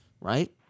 right